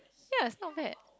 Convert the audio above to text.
ya is not bad